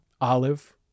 olive